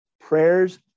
prayers